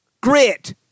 Grit